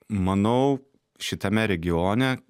manau šitame regione